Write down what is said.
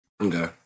Okay